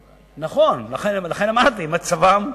נכון, לכן אמרתי שמצבם,